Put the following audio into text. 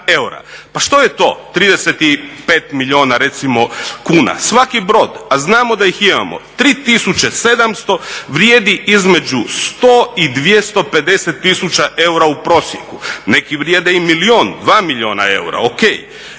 Pa što je to, 35 milijuna recimo kuna. Svaki brod, a znamo da ih imamo 3700, vrijedi između 100 i 250 tisuća eura u prosjeku. Neki vrijede i milijun, 2 milijuna eura,